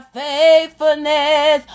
faithfulness